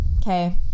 okay